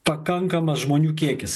pakankamas žmonių kiekis